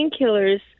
painkillers